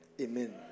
Amen